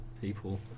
people